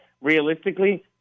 realistically